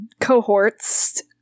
cohorts